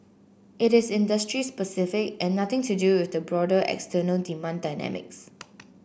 it is industry specific and nothing to do with the broader external demand dynamics